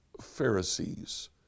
Pharisees